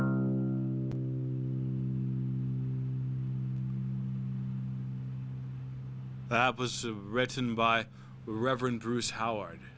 in the was written by reverend bruce howard